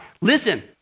listen